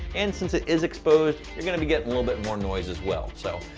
and since it is exposed, you're gonna be getting a little bit more noise as well. so,